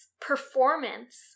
performance